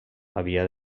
havia